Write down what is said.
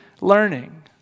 learning